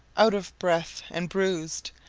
out of breath and bruised,